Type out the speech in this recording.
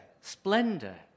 Splendor